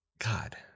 God